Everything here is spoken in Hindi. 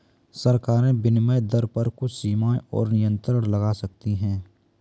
सरकारें विनिमय दर पर कुछ सीमाएँ और नियंत्रण लगा सकती हैं